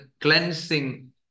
cleansing